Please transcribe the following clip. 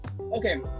Okay